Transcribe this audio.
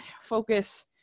focus